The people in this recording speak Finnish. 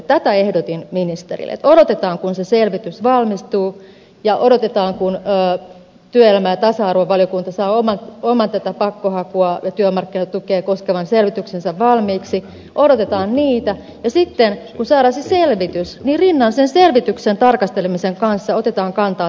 tätä ehdotin ministerille että odotetaan kun se selvitys valmistuu ja odotetaan kun työelämä ja tasa arvovaliokunta saa oman pakkohakua ja työmarkkinatukea koskevan selvityksensä valmiiksi odotetaan niitä ja sitten kun saadaan ne selvitykset niin rinnan niiden selvitysten tarkastelemisen kanssa otetaan kantaa tähän toimeentulotuen leikkaamista esittävään lakiin